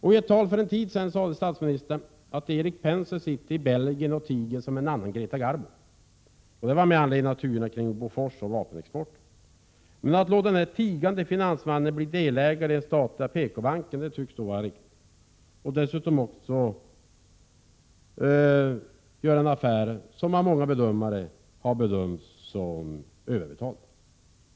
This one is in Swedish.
I ett tal för en tid sedan sade statsministern att Erik Penser sitter i Belgien och tiger som en annan Greta Garbo. Då gällde det turerna med anledning av Bofors och vapenexporten. Att låta den tigande finansmannen bli delägare i den statliga PKbanken tycks emellertid vara riktigt. Dessutom är det fråga om en affär där det enligt många bedömare rör sig om överbetalning.